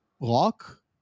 rock